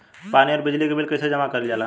पानी और बिजली के बिल कइसे जमा कइल जाला?